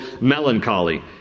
melancholy